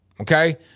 Okay